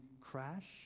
crash